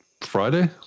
friday